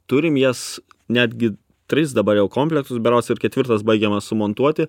turim jas netgi tris dabar jau komplektus berods ir ketvirtas baigiamas sumontuoti